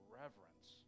reverence